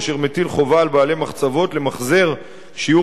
אשר מטיל חובה על בעלי מחצבות למחזר שיעור